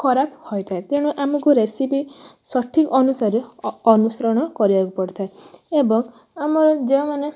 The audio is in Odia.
ଖରାପ ହୋଇଥାଏ ତେଣୁ ଆମକୁ ରେସିପ ସଠିକ୍ ଅନୁସାରେ ଅ ଅନୁସରଣ କରିବାକୁ ପଡ଼ିଥାଏ ଏବଂ ଆମର ଯେଉଁମାନେ